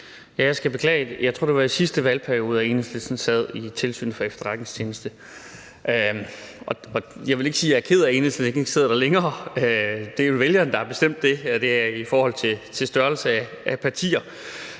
jeg tror, det var i sidste valgperiode, at Enhedslisten sad i Tilsynet med Efterretningstjenesterne. Jeg vil ikke sige, at jeg er ked af, at Enhedslisten ikke sidder der længere, for det er jo vælgerne, der har bestemt det, for det er i forhold til størrelsen af partierne.